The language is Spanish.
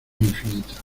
infinita